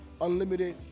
Unlimited